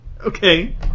Okay